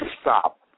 stop